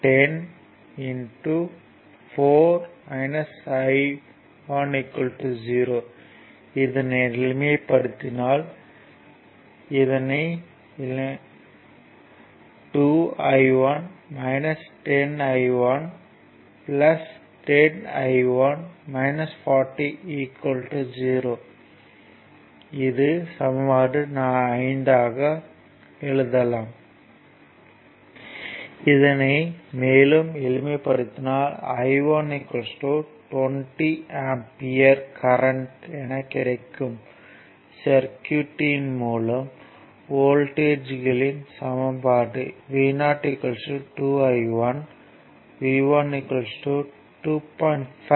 5 10 0 இதனை எளிமைப்படுத்தினால் 2 I1 10 I1 10 I1 40 0 இதனை மேலும் எளிமைப்படுத்தினால் I 1 20 ஆம்பியர் கரண்ட் என கிடைக்கும் சர்க்யூட்யின் மூலம் வோல்ட்டேஜ்களின் சமன்பாடு Vo 2 I1 V 1 2